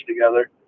together